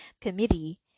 committee